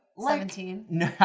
like seventeen? no,